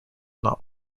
not